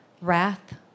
wrath